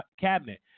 cabinet